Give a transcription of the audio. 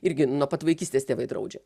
irgi nuo pat vaikystės tėvai draudžia